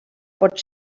pot